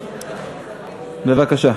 בבקשה.